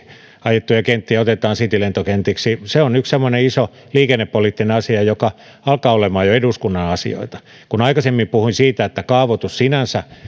aiottuja kenttiä otetaan citylentokentiksi se on yksi semmoinen iso liikennepoliittinen asia joka alkaa olemaan jo eduskunnan asioita kun aikaisemmin puhuin siitä että kaavoitus sinänsä